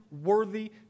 worthy